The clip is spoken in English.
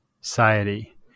society